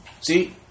see